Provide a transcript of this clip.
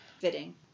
fitting